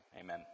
Amen